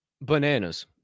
bananas